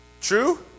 True